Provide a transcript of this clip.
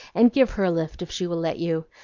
and give her a lift if she will let you,